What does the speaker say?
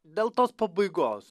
dėl tos pabaigos